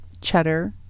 cheddar